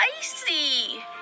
spicy